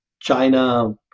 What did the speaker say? China